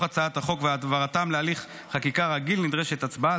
הצעת החוק ולהעברתם להליך חקיקה רגיל נדרשת הצבעה.